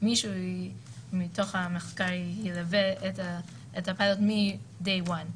מישהו מתוך המחקר ילווה את הפילוט מהיום הראשון.